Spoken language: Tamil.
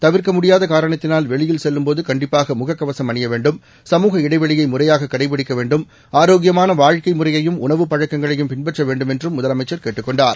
தவிர்க்க முடியாத காரணத்தினால் வெளியில் செல்லும்போது கண்டிப்பாக முக கவசம் அணிய வேண்டும் சமூக இடைவெளியை முறையாக கடைபிடிக்க வேண்டும் ஆரோக்கியமான வாழ்க்கை முறையையும் உணவு பழக்கங்களையும் பின்பற்ற வேண்டும் என்று முதலமைச்சர் தெரிவித்தார்